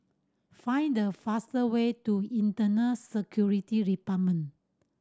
find the fast way to Internal Security Department